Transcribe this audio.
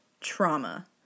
trauma